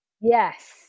Yes